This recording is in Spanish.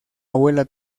abuela